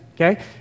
Okay